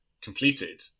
completed